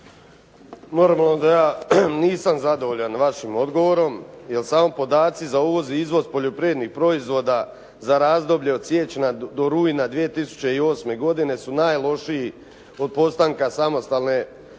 Normalno da ja nisam zadovoljan vašim odgovorom jer samo podaci za uvoz i izvoz poljoprivrednih proizvoda za razdoblje od siječnja do rujna 2008. godine su najlošiji od postanka samostalne Republike